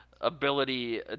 ability